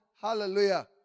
Hallelujah